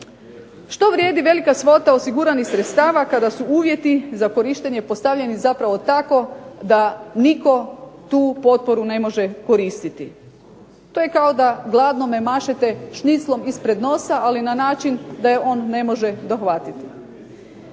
Što vrijedi velika svota osiguranih sredstava kada su uvjeti za korištenje postavljeni zapravo tako da nitko tu potporu ne može koristiti? To je kao da gladnome mašete šniclom ispred nosa, ali na način da je on ne može dohvatiti.